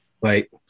Right